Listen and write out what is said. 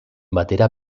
batera